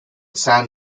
san